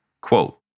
Quote